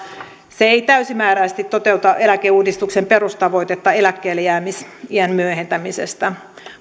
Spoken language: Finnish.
se ei täysimääräisesti toteuta eläkeuudistuksen perustavoitetta eläkkeellejäämisiän myöhentämisestä